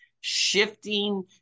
Shifting